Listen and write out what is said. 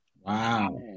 Wow